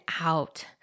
out